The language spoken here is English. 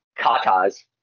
katas